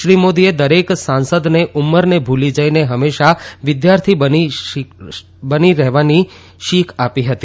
શ્રી મોદીએ દરેક સાંસદને ઉંમરને ભૂલી જઇને હંમેશા વિદ્યાર્થી બની રહેવાની શીખ આપી હતી